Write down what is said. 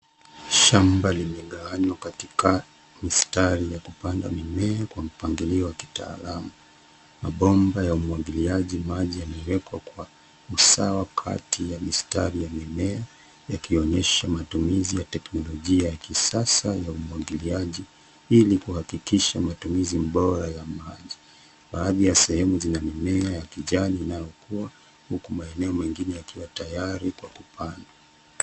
Shamba limeganywa katika mistari ya kupanda mimea kwa mpangilio wa kitaalamu. Mabomba ya umwagiliaji wa maji yamewekwa kwa usawa kati ya mistari ya mimea yakionyesha matumizi ya teknolojia ya kisasa ya umwagiliaji ili kuhakikisha matumizi bora ya maji. Baadhi ya sehemu zina mimea ya kijani inayokua huku maeneo mengine huku maeneo mengine yakiwa tayari kwa kupandwa.